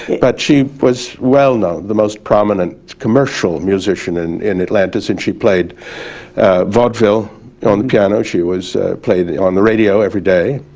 but she was well-known, the most prominent commercial musician and in atlanta since she played vaudeville on the piano, she was played on the radio every day.